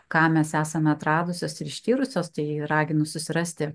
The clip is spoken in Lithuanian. ką mes esame atradusios ir ištyrusios tai raginu susirasti